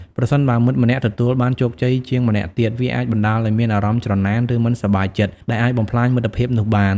ប្រសិនបើមិត្តម្នាក់ទទួលបានជោគជ័យជាងម្នាក់ទៀត វាអាចបណ្ដាលឱ្យមានអារម្មណ៍ច្រណែន ឬមិនសប្បាយចិត្ត ដែលអាចបំផ្លាញមិត្តភាពនោះបាន ។